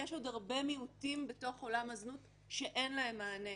יש עוד הרבה מיעוטים בתוך עולם הזנות שאין להם מענה.